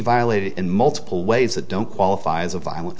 violated in multiple ways that don't qualify as a violent